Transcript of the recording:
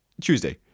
Tuesday